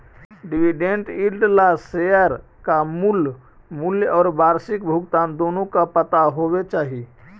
dividend yield ला share का मूल मूल्य और वार्षिक भुगतान दोनों का पता होवे चाही